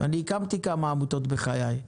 אני הקמתי כמה עמותות בחיי.